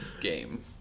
game